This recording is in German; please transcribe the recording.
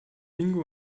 bingo